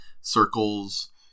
circles